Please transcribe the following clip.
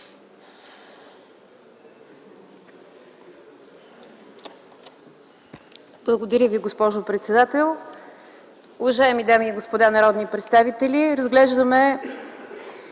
Благодаря Ви, госпожо председател. Уважаеми дами и господа народни представители! Разглеждаме